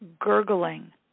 gurgling